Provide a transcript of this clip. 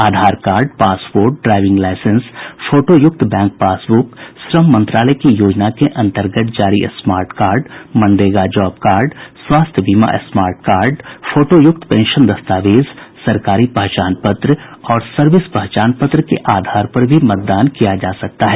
आधार card passport driving licence फोटोयुक्त bank passbook श्रम मंत्रालय की योजना के अन्तर्गत जारी smart card MNREGA job card स्वास्थ्य बीमा स्मार्ट कार्ड फोटोयुक्त पेंशन दस्तावेज सरकारी पहचान पत्र और सर्विस पहचान पत्र के आधार पर भी मतदान किया जा सकता है